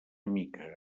mica